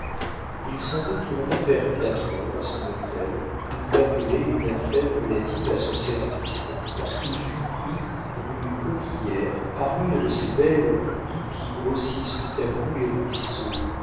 il s'en retournait vers quatre heures à son hôtel où l'appelait une affaire relative à son service lorsqu'il fut pris rue coquillière par une de ces belles pluies qui grossissent tout à coup les ruisseaux